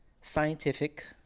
scientific